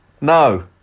No